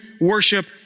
worship